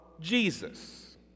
Jesus